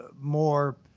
more